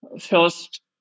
first